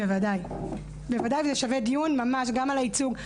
בוודאי, וזה שווה דיון ממש גם על הייצוג.